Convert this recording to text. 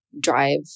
drive